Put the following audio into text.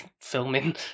filming